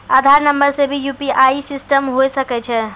आधार नंबर से भी यु.पी.आई सिस्टम होय सकैय छै?